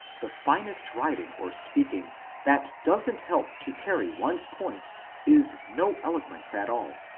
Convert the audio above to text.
the finest writing or speaking that does n't help to carry one's point is no eloquence at all,